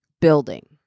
building